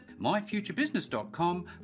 myfuturebusiness.com